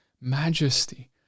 majesty